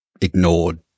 ignored